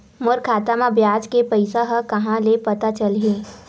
मोर खाता म ब्याज के पईसा ह कहां ले पता चलही?